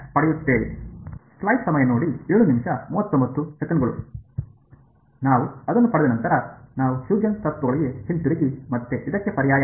ಪಡೆಯುತ್ತೇವೆ ನಾವು ಅದನ್ನು ಪಡೆದ ನಂತರ ನಾವು ಹ್ಯೂಜೆನ್ಸ್ ತತ್ವಗಳಿಗೆ ಹಿಂತಿರುಗಿ ಮತ್ತು ಇದಕ್ಕೆ ಪರ್ಯಾಯವಾಗಿ